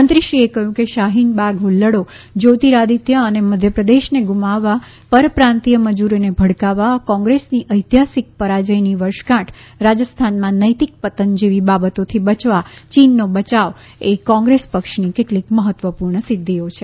મંત્રીશ્રીએ કહ્યું કે શાહીન બાગ ફલ્લડો જ્યોતિરાદિત્ય અને મધ્યપ્રદેશને ગુમાવવા પરપ્રાંતિય મજૂરોને ભડકાવવા કોંગ્રેસની ઐતિહાસિક પરાજયની વર્ષગાંઠ રાજસ્થાનમાં નૈતિક પતન જેવી બાબતોથી બયવા ચીનનો બયાવ એ કોંગ્રેસ પક્ષની કેટલીક મહત્વપૂર્ણ સિદ્ધિઓ છે